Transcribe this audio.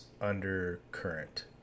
undercurrent